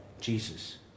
Jesus